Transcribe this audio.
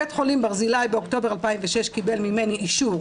בית חולים ברזילי באוקטובר 2006 קיבל ממני אישור